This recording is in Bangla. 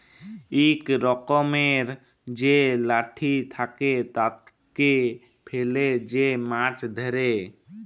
ইক রকমের যে লাঠি থাকে, তাকে ফেলে যে মাছ ধ্যরে